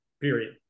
period